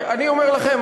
אני אומר לכם,